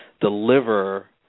deliver